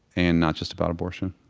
and not just about abortion